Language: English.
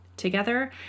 together